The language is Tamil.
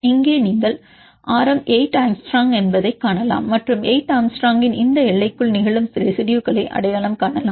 இங்கே நீங்கள் ஆரம் 8 ஆங்ஸ்ட்ரோம் என்பதைக் காணலாம் மற்றும் 8 ஆங்ஸ்ட்ரோமின் இந்த எல்லைக்குள் நிகழும் ரெசிடுயுகளை அடையாளம் காணலாம்